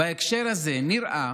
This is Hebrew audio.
בהקשר הזה, נראה